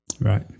Right